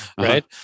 right